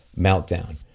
meltdown